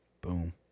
Boom